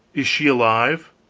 is she alive?